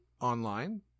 online